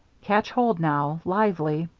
catch hold now lively.